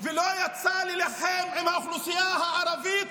ולא יצא להילחם עם האוכלוסייה הערבית,